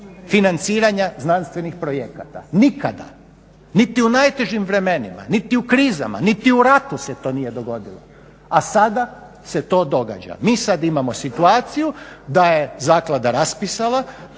financiranja znanstvenih projekata. Nikada niti u najtežim vremenima, niti u krizama, niti u ratu se to nije dogodilo a sada se to događa. Mi sad imamo situaciju da je Zaklada raspisala